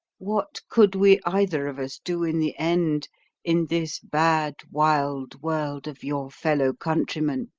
what could we either of us do in the end in this bad, wild world of your fellow-countrymen?